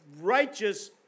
righteous